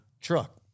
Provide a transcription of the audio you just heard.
truck